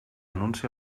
anuncia